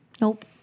Nope